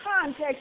context